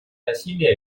насилие